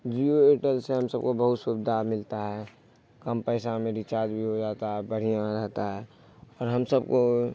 جیو ایئرٹیل سے ہم سب کو بہت سویدھا ملتا ہے کم پیسہ میں ریچارج بھی ہو جاتا ہے بڑھیا رہتا ہے اور ہم سب کو